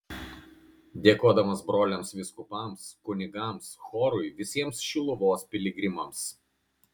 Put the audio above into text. dėkodamas broliams vyskupams kunigams chorui visiems šiluvos piligrimams